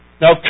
Now